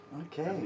Okay